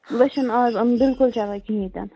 وۅنۍ چھَنہٕ اَز یِم بِلکُل چَلان کِہیٖنٛۍ تہِ نہٕ